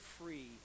free